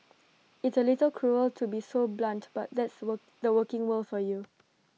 it's A little cruel to be so blunt but that's the were the working world for you